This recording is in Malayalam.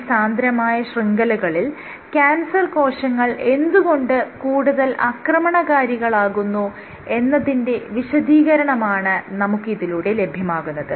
അതിസാന്ദ്രമായ ശൃംഖലകളിൽ ക്യാൻസർ കോശങ്ങൾ എന്തുകൊണ്ട് കൂടുതൽ ആക്രമണകാരികളാകുന്നു എന്നതിന്റെ വിശദീകരണമാണ് നമുക്ക് ഇതിലൂടെ ലഭ്യമാകുന്നത്